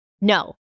no